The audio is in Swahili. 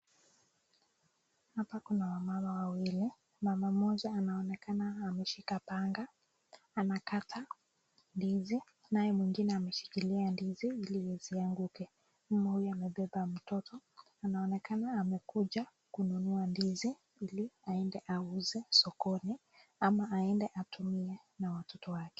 Hapa kuna wamama wawili. Mama mmoja anaonekana ameshika panga, anakata ndizi, naye mwingine anashikilia ndizi ili lisianguke. Mama huyu amebeba mtoto anaonekana amekuja kununua ndizi ili aende auze sokoni ama aende atumie na watoto wake.